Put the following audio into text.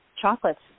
chocolates